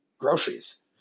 groceries